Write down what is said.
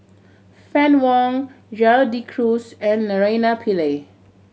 Fann Wong Gerald De Cruz and Naraina Pillai